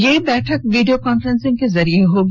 यह बैठक video conferencing के जरिए होगी